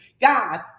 Guys